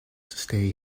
stay